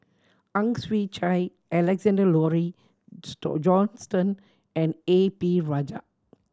Ang Chwee Chai Alexander Laurie Johnston and A P Rajah